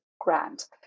Grant